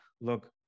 look